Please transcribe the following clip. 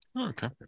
Okay